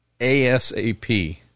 ASAP